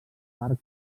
parc